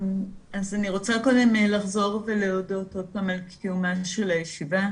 אז אני רוצה לחזור ולהודות עוד פעם על קיומה של הישיבה.